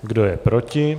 Kdo je proti?